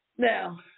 Now